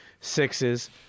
sixes